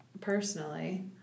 personally